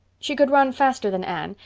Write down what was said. she could run faster than anne,